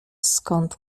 skąd